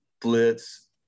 blitz